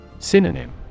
Synonym